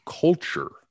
culture